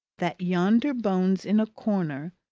that yonder bones in a corner,